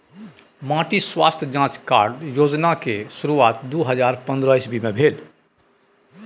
माटि स्वास्थ्य जाँच कार्ड योजना केर शुरुआत दु हजार पंद्रह इस्बी मे भेल रहय